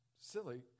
silly